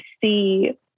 see